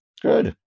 good